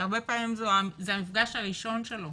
שהרבה פעמים זה המפגש הראשון שלו